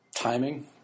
timing